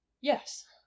Yes